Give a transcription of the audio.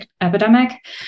epidemic